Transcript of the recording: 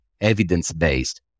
evidence-based